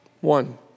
One